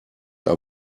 are